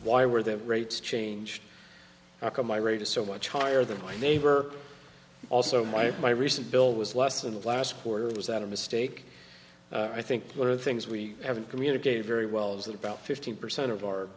why were their rates changed my rate is so much higher than my neighbor also might my recent bill was less in the last quarter was that a mistake i think one of the things we haven't communicated very well is that about fifteen percent of our